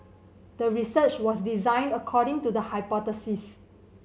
the research was designed according to the hypothesis